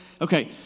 Okay